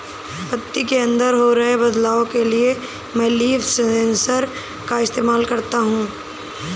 पत्ती के अंदर हो रहे बदलाव के लिए मैं लीफ सेंसर का इस्तेमाल करता हूँ